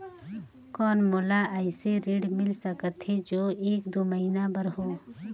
कौन मोला अइसे ऋण मिल सकथे जो एक दो महीना बर हो?